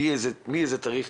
מאיזה תאריך,